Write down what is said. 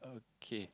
okay